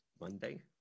Monday